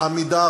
"עמידר",